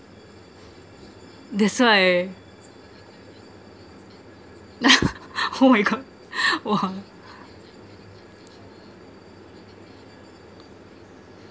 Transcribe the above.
that's why oh my god !wah!